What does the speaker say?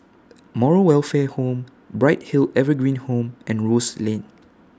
Moral Welfare Home Bright Hill Evergreen Home and Rose Lane